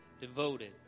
devoted